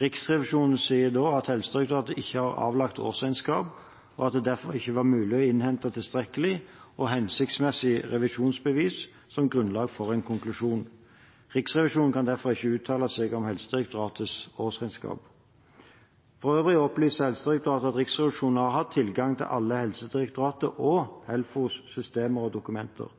Riksrevisjonen sier da at Helsedirektoratet ikke har avlagt årsregnskap, og at det derfor ikke var mulig å innhente tilstrekkelig og hensiktsmessig revisjonsbevis som grunnlag for en konklusjon. Riksrevisjonen kan derfor ikke uttale seg om Helsedirektoratets årsregnskap. For øvrig opplyser Helsedirektoratet at Riksrevisjonen har hatt tilgang til alle Helsedirektoratets og Helfos systemer og dokumenter.